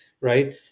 right